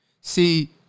See